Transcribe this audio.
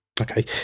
Okay